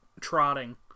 trotting